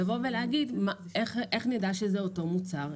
לבוא ולומר איך נדע שזה אותו מוצר,